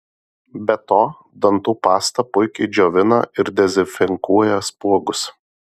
be to dantų pasta puikiai džiovina ir dezinfekuoja spuogus